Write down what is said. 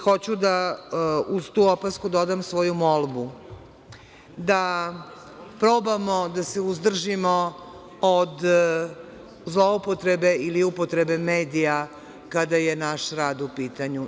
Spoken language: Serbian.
Hoću da uz tu opasku dodam svoju molbu da probamo da se uzdržimo od zloupotrebe ili upotrebe medija kada je naš rad u pitanju.